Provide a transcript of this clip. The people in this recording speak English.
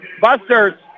Buster's